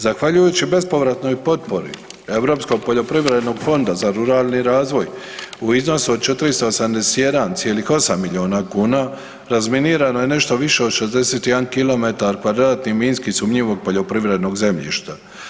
Zahvaljujući bespovratnoj potpori Europskog poljoprivrednog fonda za ruralni razvoj u iznosu od 481,8 miliona kuna razminirano je nešto više od 61 km2 minski sumnjivog poljoprivrednog zemljišta.